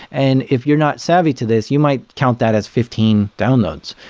and if you're not savvy to this, you might count that as fifteen downloads,